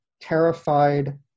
terrified